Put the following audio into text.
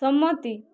সম্মতি